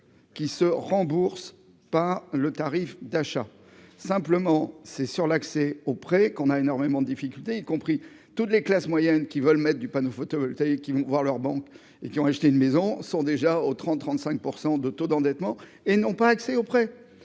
qui se remboursent pas le tarif d'achat simplement c'est sur l'accès au prêt qu'on a énormément difficultés y compris toutes les classes moyennes qui veulent mettre du panneau photovoltaïque qui vont voir leur banque et qui ont acheté une maison sont déjà au 30 35 % de taux d'endettement et n'ont pas accès auprès